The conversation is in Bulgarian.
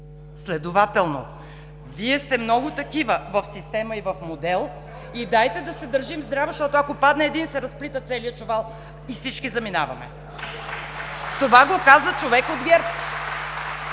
Следователно Вие сте много такива в система и в модел и дайте да се държим здраво, защото, ако падне един, се разплита целият чувал и всички заминаваме! (Ръкопляскания от „БСП